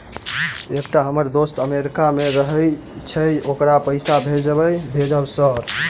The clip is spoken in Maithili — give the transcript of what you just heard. एकटा हम्मर दोस्त अमेरिका मे रहैय छै ओकरा पैसा भेजब सर?